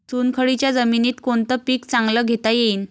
चुनखडीच्या जमीनीत कोनतं पीक चांगलं घेता येईन?